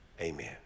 Amen